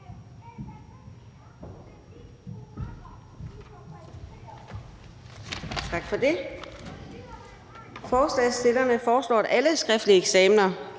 Forslagsstillerne foreslår, at alle skriftlige eksamener